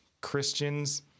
Christians